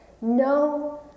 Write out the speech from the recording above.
no